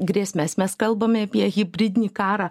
grėsmes mes kalbame apie hibridinį karą